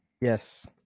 Yes